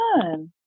fun